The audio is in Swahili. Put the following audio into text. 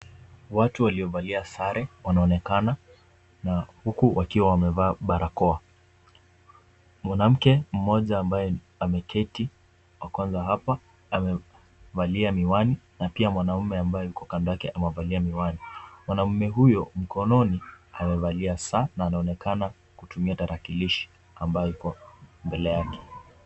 Watu waliovalia sare wanaonekana, na huku wakiwa wamevaa barakoa. Mwanamke mmoja ambaye ameketi, wa kwanza hapa, amevalia miwani na pia mwanaume ambaye yuko kando yake amevalia miwani. Mwanaume huyo mkononi amevalia saa na anaonekana kutumia tarakilishi ambayo iko mbele yake.